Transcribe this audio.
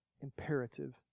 imperative